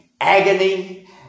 agony